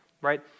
right